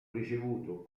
ricevuto